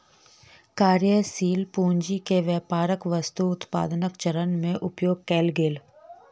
कार्यशील पूंजी के व्यापारक वस्तु उत्पादनक चरण में उपयोग कएल गेल